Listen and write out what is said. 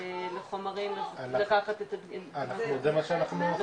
לחומרים אז לקחת את הדגימה --- זה מה שאנחנו עושים,